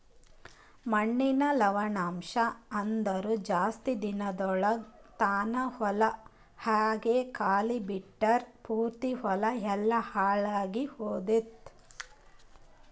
ಮಣ್ಣಿನ ಲವಣಾಂಶ ಅಂದುರ್ ಜಾಸ್ತಿ ದಿನಗೊಳ್ ತಾನ ಹೊಲ ಹಂಗೆ ಖಾಲಿ ಬಿಟ್ಟುರ್ ಪೂರ್ತಿ ಹೊಲ ಎಲ್ಲಾ ಹಾಳಾಗಿ ಹೊತ್ತುದ್